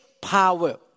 power